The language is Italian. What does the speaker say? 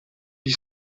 gli